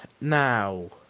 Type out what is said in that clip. Now